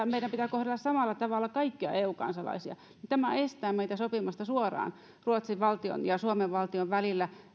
meidän pitää kohdella samalla tavalla kaikkia eu kansalaisia ja tämä estää meitä sopimasta suoraan ruotsin valtion ja suomen valtion välillä